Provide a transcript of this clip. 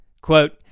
Quote